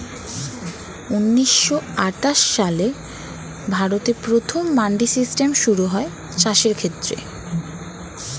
ঊন্নিশো আটাশ সালে ভারতে প্রথম মান্ডি সিস্টেম শুরু হয় চাষের ক্ষেত্রে